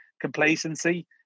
complacency